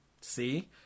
See